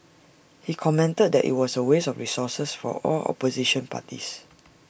he commented that IT was A waste of resources for all opposition parties